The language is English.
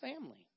family